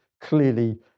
clearly